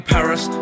Paris